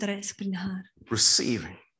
Receiving